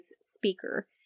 speaker